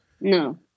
No